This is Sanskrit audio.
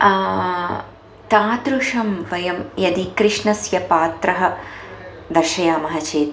तादृशं वयं यदि कृष्णस्य पात्रं दर्शयामः चेत्